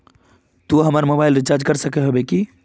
तू हमर mobile recharge कर सके होबे की?